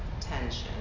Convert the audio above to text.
tension